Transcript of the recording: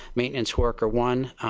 maintenance worker one.